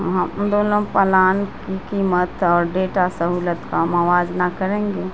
ہم دونوں پلان کی قیمت اور ڈیٹا سہولت کا موازنہ کریں گے